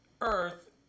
Earth